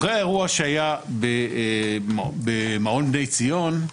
אחרי האירוע שהיה במעון בני ציון,